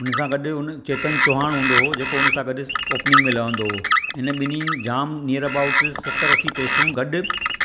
हुन सां गॾु हुन चेतन चौहाण हूंदो हुओ जेको हुन सां गॾु ओपनिंग में लहंदो हुओ हिन बिन्हिनि जाम नियर एबाउट सतर असी टेस्टूं गॾु